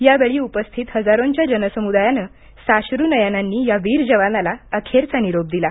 यावेळी उपस्थित हजारोंच्या जनसमुदायाने साश्रू नयनांनी या वीर जवानाला अखेरचा निरोप दिला